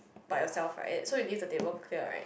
by yourself right so you leave the table clear right